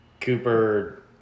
Cooper